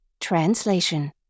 Translation